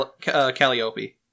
Calliope